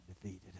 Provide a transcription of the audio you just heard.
defeated